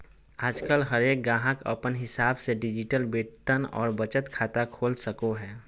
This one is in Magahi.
आजकल हरेक गाहक अपन हिसाब से डिजिटल वेतन और बचत खाता खोल सको हय